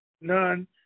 None